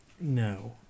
No